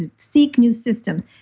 and seek new systems.